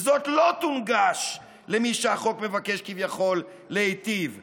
וזאת לא תונגש למי שהחוק מבקש כביכול להיטיב איתו.